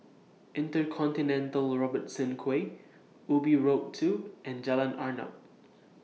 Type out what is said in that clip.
InterContinental Robertson Quay Ubi Road two and Jalan Arnap